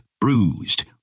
bruised